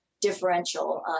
differential